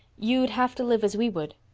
you'd have to live as we would.